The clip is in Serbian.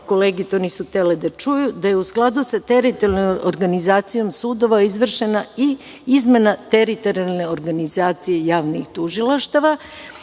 kolege to nisu htele da čuju, da je u skladu sa teritorijalnom organizacijom sudova izvršena i izmena teritorijalne organizacije javnih tužilaštava.